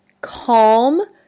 calm